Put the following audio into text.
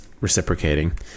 reciprocating